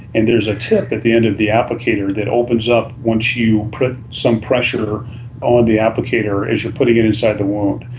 and there's a tip at the end of the applicator that opens up once you put some pressure on the applicator as you are putting it inside the wound.